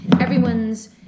Everyone's